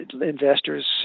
investors